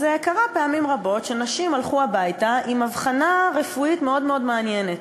קרה פעמים רבות שנשים הלכו הביתה עם אבחנה רפואית מאוד מאוד מעניינת: